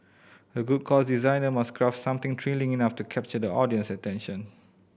a good course designer must craft something thrilling enough to capture the audience attention